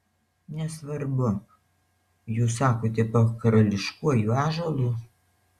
nesvarbu jūs sakote po karališkuoju ąžuolu